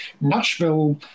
Nashville